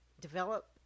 develop